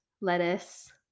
lettuce